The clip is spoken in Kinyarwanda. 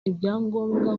ibyangombwa